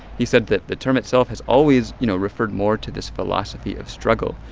he said that the term itself has always, you know, referred more to this philosophy of struggle.